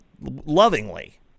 lovingly